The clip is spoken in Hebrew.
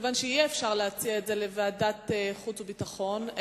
כיוון שאי-אפשר להציע את זה לוועדת החוץ והביטחון,